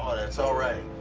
that's all right.